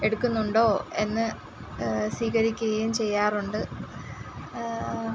എടുക്കുന്നുണ്ടോ എന്ന് സ്ഥിരീകരിക്കുകയും ചെയ്യാറുണ്ട്